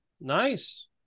Nice